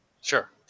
Sure